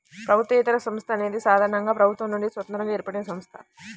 ప్రభుత్వేతర సంస్థ అనేది సాధారణంగా ప్రభుత్వం నుండి స్వతంత్రంగా ఏర్పడినసంస్థ